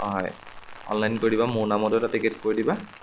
হয় অনলাইন কৰি দিবা মোৰ নামতো এটা টিকেট কৰি দিবা